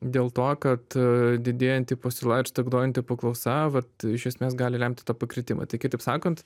dėl to kad didėjanti pasiūla ir stagnuojanti paklausa vat iš esmės gali lemti tą pakritimą tai kitaip sakant